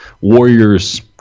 warriors